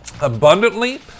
abundantly